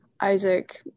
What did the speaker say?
Isaac